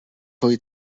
fwy